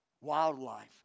Wildlife